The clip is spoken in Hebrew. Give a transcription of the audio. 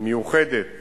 מיוחדת